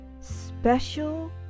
special